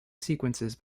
sequences